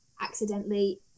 accidentally